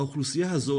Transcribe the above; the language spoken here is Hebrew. האוכלוסייה הזו,